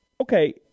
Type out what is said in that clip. okay